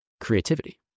creativity